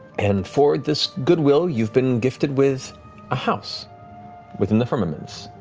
and for this goodwill, you've been gifted with a house within the firmaments.